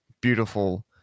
beautiful